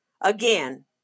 again